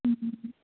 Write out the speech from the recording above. ए